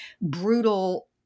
brutal